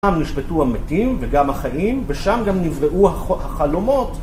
שם נשפטו המתים וגם החיים, ושם גם נבראו החלומות.